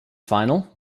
final